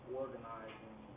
organizing